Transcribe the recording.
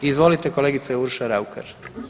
Izvolite kolegice Urša Raukar.